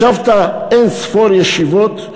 ישבת אין-ספור ישיבות.